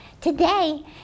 Today